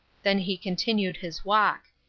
then he continued his walk.